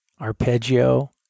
arpeggio